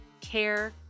care